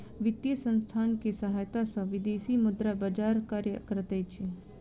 वित्तीय संसथान के सहायता सॅ विदेशी मुद्रा बजार कार्य करैत अछि